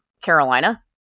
Carolina